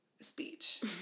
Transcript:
speech